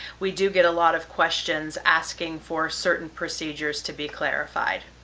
we do get a lot of questions asking for certain procedures to be clarified.